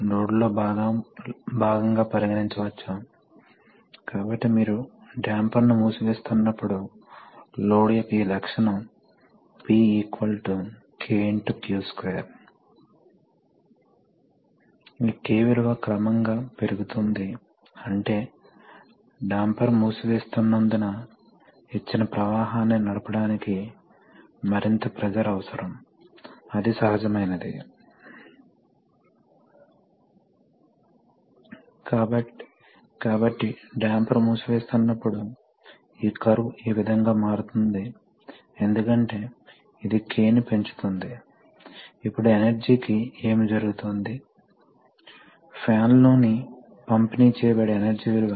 ఇక్కడ ఉన్నదాన్ని చూద్దాం కాబట్టి ఆ యంత్రాంగం కాకుండా స్పష్టంగా కంప్రెషర్లకు ఇతర ఆక్సిసరీస్ అవసరం ఉదాహరణకు న్యూమాటిక్ సిస్టమ్ లో లూబ్రికేషన్ చాలా ముఖ్యం ఎందుకంటే అవి హైడ్రాలిక్ లాగా సెల్ఫ్ లూబ్రికంట్ కాదు కాబట్టి మీకు ఇక్కడ ప్రత్యేక లూబ్రికంట్ మెకానిజంమ్స్ కలిగి ఉండాలి మరియు రెండవది వాస్తవానికి ఆయిల్ లీక్ అయ్యే అవకాశం కంటే గాలి లీక్ అయ్యే అవకాశం చాలా ఎక్కువ ఎందుకంటే గాలి చాలా తక్కువ విస్కోసిటీ మరియు ఆయిల్ అధిక విస్కోసిటీ కలిగి ఉంటుంది కాబట్టి గాలి వలె సులభంగా ఆయిల్ బయటకు పోదు